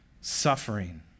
suffering